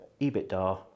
EBITDA